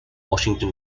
washington